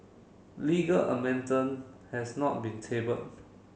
legal has not been tabled